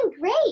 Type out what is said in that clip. great